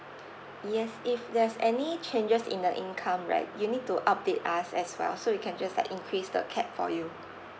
yes if there's any changes in the income right you need to update us as well so we can just like increase the cap for you